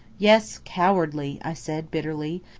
yes, cowardly, i said bitterly.